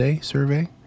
survey